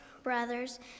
brothers